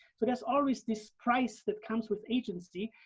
so, there's always this price that comes with agency,